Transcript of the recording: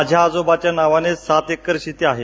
माझ्या आजोबांच्या नावाने सात एकर शेती आहे